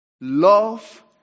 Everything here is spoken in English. love